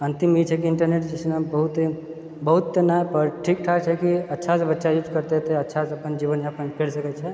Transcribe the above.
अंतिममे ई छै ने कि इन्टरनेट छै ने बहुत तऽ नहि पर ठीकठाक छै कि अच्छासँ बच्चा यूज करतै अच्छासँ अपन जीवनयापन करि सकैत छै